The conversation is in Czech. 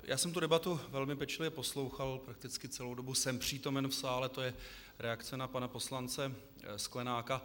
Já jsem tu debatu velmi pečlivě poslouchal, prakticky celou dobu jsem přítomen v sále to je reakce na pana poslance Sklenáka.